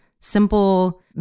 simple